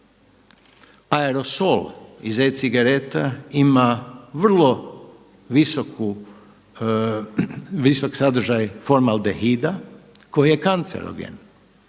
Aerosol iz e-cigareta ima vrlo visok sadržaj formaldehida koji je kancerogen.